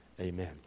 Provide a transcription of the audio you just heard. Amen